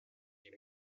die